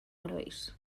herois